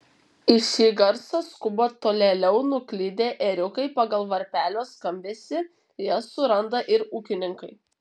į šį garsą skuba tolėliau nuklydę ėriukai pagal varpelio skambesį jas suranda ir ūkininkai